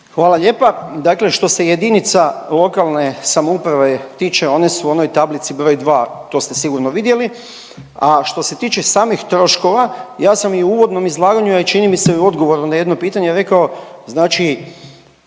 Hvala lijepa, dakle što se JLS tiče one su u onoj tablici br. 2., to ste sigurno vidjeli, a što se tiče samih troškova, ja sam i u uvodnom izlaganju, a i čini mi se i u odgovoru na jedno pitanje rekao znači